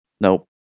Nope